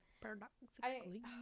Paradoxically